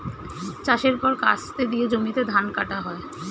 চাষের পর কাস্তে দিয়ে জমিতে ধান কাটা হয়